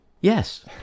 Yes